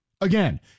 Again